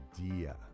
idea